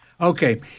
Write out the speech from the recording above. Okay